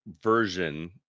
version